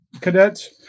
cadets